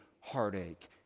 heartache